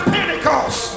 Pentecost